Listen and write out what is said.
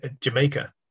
Jamaica